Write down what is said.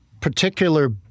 particular